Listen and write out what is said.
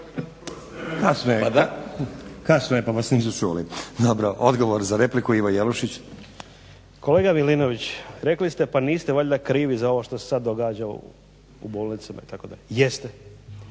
kasno je pa vas nisu čuli dobro. Odgovor na repliku, Ivo Jelušić. **Jelušić, Ivo (SDP)** Kolega Milinović rekli ste pa niste valjda krivi za ovo što se sad događa u bolnicama itd.? Jeste!